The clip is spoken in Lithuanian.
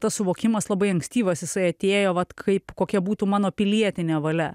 tas suvokimas labai ankstyvas jisai atėjo vat kaip kokia būtų mano pilietinė valia